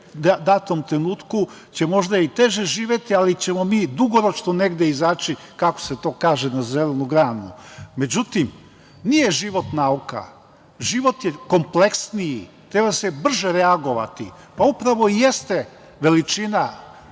datom trenutku će možda i teže živeti, ali ćemo mi dugoročno negde izaći, kako se to kaže, na zrelu granu.Međutim, nije život nauka. Život je kompleksniji, treba se brže reagovati. Upravo i jeste veličina